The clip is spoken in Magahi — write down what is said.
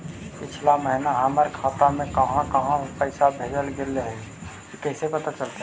पिछला महिना हमर खाता से काहां काहां पैसा भेजल गेले हे इ कैसे पता चलतै?